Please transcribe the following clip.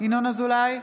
ינון אזולאי,